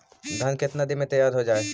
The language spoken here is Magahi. धान केतना दिन में तैयार हो जाय है?